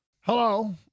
Hello